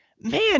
man